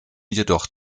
jedoch